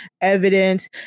evidence